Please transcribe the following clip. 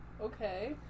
Okay